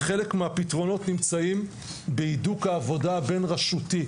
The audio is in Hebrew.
שחלק מהפתרונות נמצאים בהידוק העבודה הבין-רשותי,